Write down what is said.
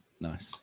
nice